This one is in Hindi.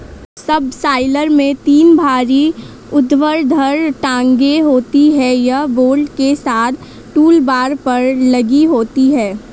सबसॉइलर में तीन भारी ऊर्ध्वाधर टांगें होती हैं, यह बोल्ट के साथ टूलबार पर लगी होती हैं